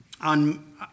on